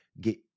get